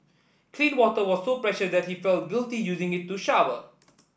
clean water was so precious that he felt guilty using it to shower